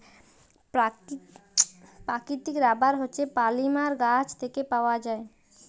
পাকিতিক রাবার হছে পলিমার গাহাচ থ্যাইকে পাউয়া যায়